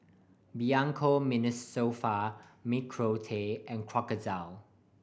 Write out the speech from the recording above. Bianco Mimosa Nicorette and Crocodile